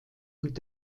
mit